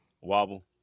Wobble